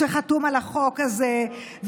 שחתום על החוק הזה,